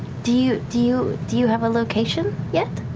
do you, do you, do you have a location yet?